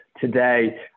today